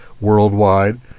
worldwide